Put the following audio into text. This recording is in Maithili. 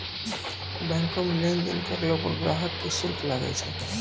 बैंक मे लेन देन करलो पर ग्राहक के शुल्क लागै छै